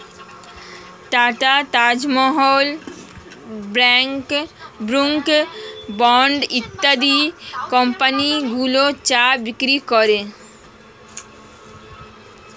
tata, Taj Mahal, Brooke bond ইত্যাদি কোম্পানিগুলো চা বিক্রি করে